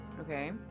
Okay